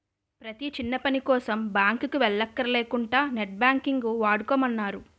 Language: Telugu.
ప్రతీ చిన్నపనికోసం బాంకుకి వెల్లక్కర లేకుంటా నెట్ బాంకింగ్ వాడుకోమన్నారు